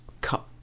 cut